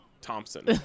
Thompson